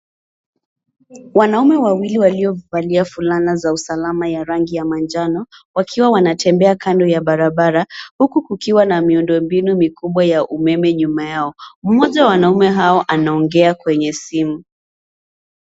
Wanaume wawili waliovalia fulana za usalama ya rangi ya manjano wakiwa wanatembea kando ya barabara huku kukiwa na miundombinu mikubwa ya umeme nyuma yao. Mmoja wa wanaume hao anaongea kwenye simu.